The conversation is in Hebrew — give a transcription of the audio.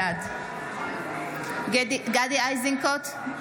בעד גדי איזנקוט,